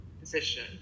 position